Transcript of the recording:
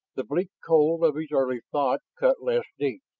the bleak cold of his early thought cut less deep.